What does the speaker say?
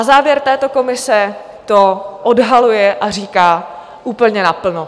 Závěr této komise to odhaluje a říká úplně naplno.